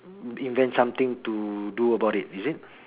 invent something to do about it is it